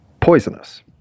poisonous